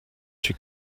she